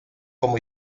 como